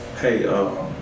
hey